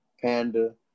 Panda